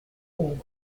old